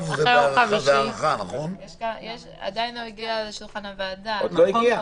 בואו נמשיך הלאה, נגמרו ההסעות.